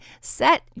set